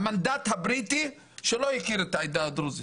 המנדט הבריטי שלא הכיר את העדה הדרוזית,